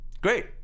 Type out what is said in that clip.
great